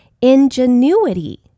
Ingenuity